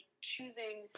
choosing